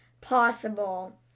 possible